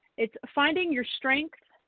it's finding your strength,